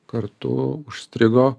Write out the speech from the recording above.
kartu užstrigo